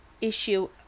issue